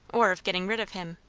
or of getting rid of him.